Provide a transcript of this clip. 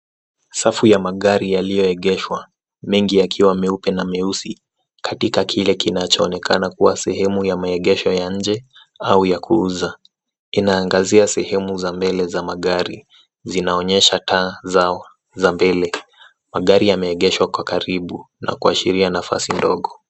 Safu ya magari yaliyoegeshwa, mengi yakiwa meupe na meusi katika kile kinaonekana kuwa sehemu ya maegesho ya inje au ya kuuza. Inaangazia sahemu za mbele za magari, zinaonyesha taa zao za mbele. Magari yameegeshwa kwa karibu na kuashiria nafasi ndogo.